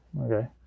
okay